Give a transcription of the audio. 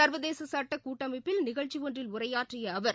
சர்வதேச சுட்ட கூட்டமைப்பில் நிகழ்ச்சி ஒன்றில் உரையாற்றிய அவர்